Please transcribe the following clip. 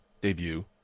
debut